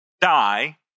die